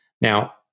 Now